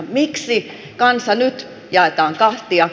miksi kansa nyt jaetaan kahtia